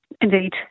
Indeed